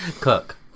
Cook